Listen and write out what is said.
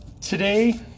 Today